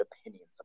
opinions